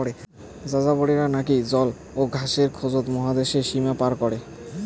যাযাবরেরা নাকি জল ও ঘাসের খোঁজত মহাদ্যাশের সীমা পার করে